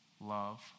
love